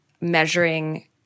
measuring